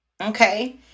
okay